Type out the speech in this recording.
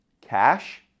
Cash